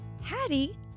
Hattie